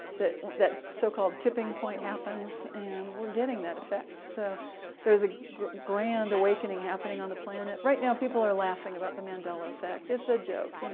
that that so-called tipping point happens, and we're getting that effect. so there's a grand awakening happening on the planet right now. people are laughing about the mandela effect it's a joke, you know,